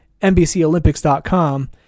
NBCOlympics.com